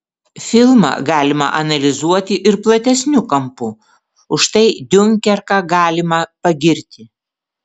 filmą galima analizuoti ir platesniu kampu už tai diunkerką galima pagirti